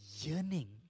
yearning